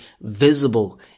visible